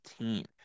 18